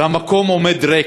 והמקום עומד ריק,